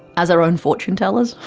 as our own fortune-tellers,